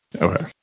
okay